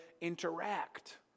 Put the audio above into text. interact